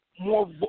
more